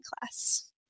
class